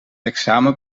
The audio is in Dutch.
examen